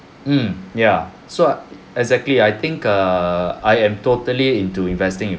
mm ya so exactly I think err I am totally into investing in